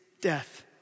death